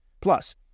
Plus